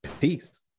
Peace